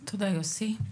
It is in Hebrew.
תודה, יוסי.